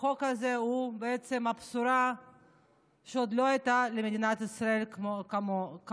החוק הזה הוא בעצם בשורה שעוד לא הייתה למדינת ישראל כמוה.